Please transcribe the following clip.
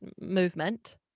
movement